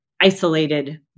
isolated